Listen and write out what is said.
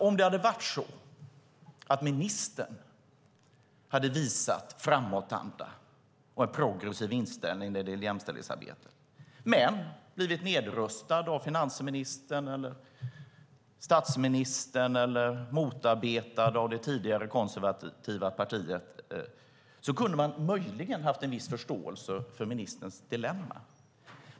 Om det varit så att ministern visat framåtanda och en progressiv inställning när det gäller jämställdhetsarbetet men blivit nedröstad av finansministern eller av statsministern, eller blivit motarbetad av det tidigare konservativa partiet, kunde man möjligen ha haft en viss förståelse för ministerns dilemma.